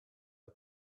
der